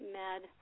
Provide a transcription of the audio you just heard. mad